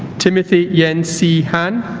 timothy yen cie han